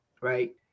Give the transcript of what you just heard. right